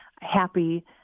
happy